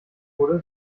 wurde